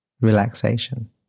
relaxation